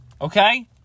Okay